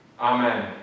Amen